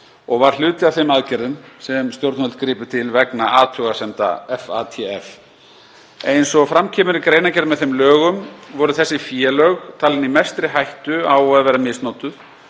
og var hluti af þeim aðgerðum sem stjórnvöld gripu til vegna athugasemda FATF. Eins og fram kemur í greinargerð með þeim lögum voru þessi félög talin í mestri hættu á að vera misnotuð